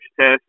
test